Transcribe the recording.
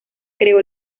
creó